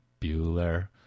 Bueller